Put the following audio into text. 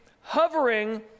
hovering